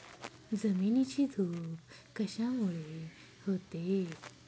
जमिनीची धूप कशामुळे होते?